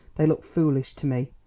they look foolish to me.